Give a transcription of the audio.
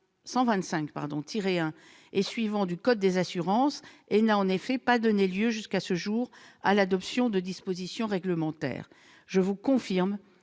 125-1 et suivants du code des assurances et n'a en effet pas encore donné lieu à ce jour à l'adoption de dispositions réglementaires. Je vous confirme